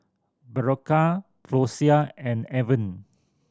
Berocca Floxia and Avene